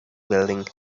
building